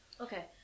Okay